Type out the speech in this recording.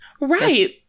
Right